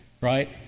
right